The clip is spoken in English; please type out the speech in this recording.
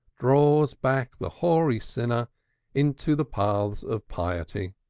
draws back the hoary sinner into the paths of piety.